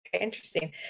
interesting